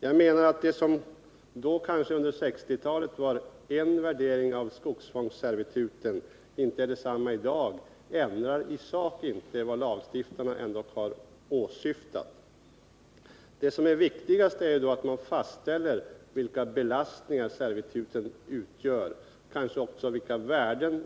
Om det som under 1960-talet var en värdering av skogsfångsservituten inte är detsamma i dag, så ändrar det inte i sak vad lagstiftarna har åsyftat. Det viktigaste är att man fastställer vilka belastningar servituten utgör, och kanske även vilka värden.